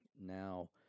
Now